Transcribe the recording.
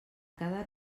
cada